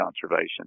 conservation